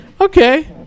okay